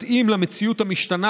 מתאים למציאות המשתנה,